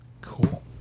Cool